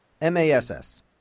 M-A-S-S